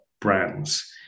brands